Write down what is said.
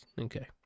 Okay